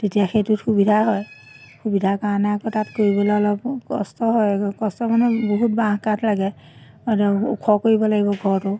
তেতিয়া সেইটোত সুবিধা হয় সুবিধাৰ কাৰণে আকৌ তাত কৰিবলৈ অলপ কষ্ট হয় কষ্ট মানে বহুত বাঁহ কাঠ লাগে ওখ কৰিব লাগিব ঘৰটো